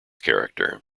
character